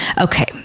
Okay